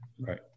Right